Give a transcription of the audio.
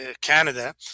Canada